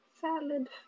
Salad